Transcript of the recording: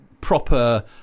proper